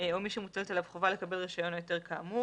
או מי שמוטלת עליו חובה לקבל רישיון או היתר כאמור.